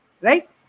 right